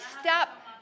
Stop